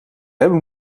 hebben